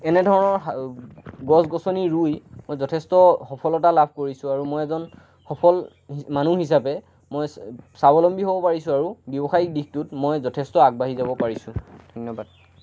এনেধৰণৰ গছ গছনি ৰুই মই যথেষ্ট সফলতা লাভ কৰিছোঁ আৰু মই এজন সফল মানুহ হিচাপে মই স্বাৱলম্বী হ'ব পাৰিছোঁ আৰু ব্যৱসায়িক দিশটোত মই যথেষ্ট আগবাঢ়ি যাব পাৰিছোঁ ধন্যবাদ